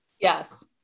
Yes